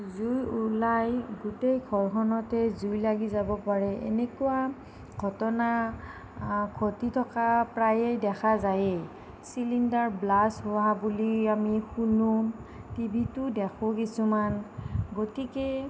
জুই ওলায় গোটেই ঘৰখনতে জুই লাগি যাব পাৰে এনেকুৱা ঘটনা ঘটি থকা প্ৰায়ে দেখা যায়ে চিলিণ্ডাৰ ব্লাচ হোৱা বুলি আমি শুনো টিভিটো দেখোঁ কিছুমান গতিকে